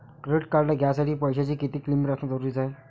Credit card घ्यासाठी पैशाची कितीक लिमिट असनं जरुरीच हाय?